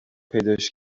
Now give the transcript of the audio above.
پیداش